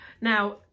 now